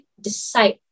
decide